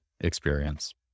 experience